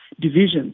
divisions